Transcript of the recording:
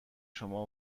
شما